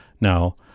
Now